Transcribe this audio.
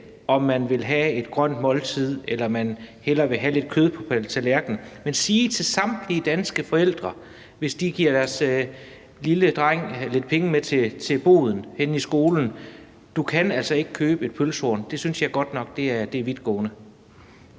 om man ville have et grønt måltid, eller om man hellere ville have lidt kød på tallerkenen. Men at sige til samtlige danske forældre, der giver deres lille dreng lidt penge med til boden henne i skolen, at han altså ikke kan købe et pølsehorn, synes jeg godt nok er vidtgående.